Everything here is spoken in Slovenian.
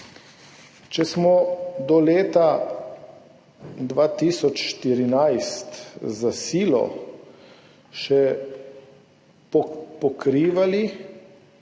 Če smo do leta 2014 za silo še pokrivali,